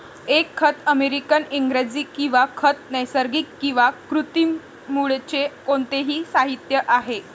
एक खत अमेरिकन इंग्रजी किंवा खत नैसर्गिक किंवा कृत्रिम मूळचे कोणतेही साहित्य आहे